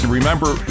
remember